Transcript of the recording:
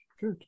Good